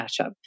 matchup